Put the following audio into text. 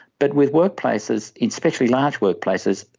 but with workplaces, especially large workplaces,